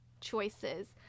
choices